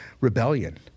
rebellion